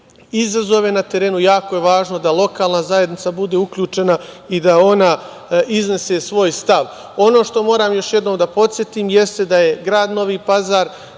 izazove na terenu, jako je važno da lokalna zajednica bude uključena i da ona iznese svoj stav. Ono što moram još jednom da podsetim, da je grad Novi Pazar